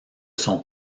son